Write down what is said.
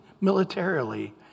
militarily